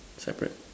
separate